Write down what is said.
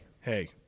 Hey